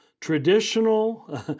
traditional